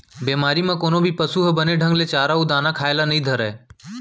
बेमारी म कोनो भी पसु ह बने ढंग ले चारा अउ दाना खाए ल नइ धरय